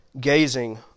gazing